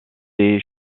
est